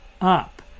up